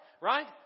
right